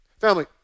Family